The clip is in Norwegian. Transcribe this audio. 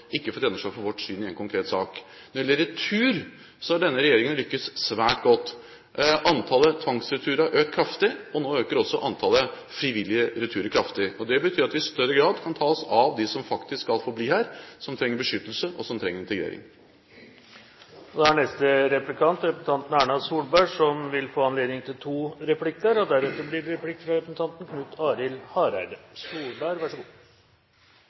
ikke har fått gjennomslag for vårt syn i en konkret sak. Når det gjelder retur, så har denne regjeringen lyktes svært godt. Antallet tvangsreturer har økt kraftig, og nå øker også antallet frivillige returer kraftig. Det betyr at vi i større grad kan ta oss av dem som faktisk skal få bli her, som trenger beskyttelse, og som trenger integrering. Neste replikant er Erna Solberg, som vil få anledning til to replikker. Jeg er enig med statsministeren i at utfordringen i Hellas er å få balanse mellom inntekter og utgifter, og at det